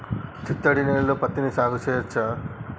చిత్తడి నేలలో పత్తిని సాగు చేయచ్చా?